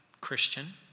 Christian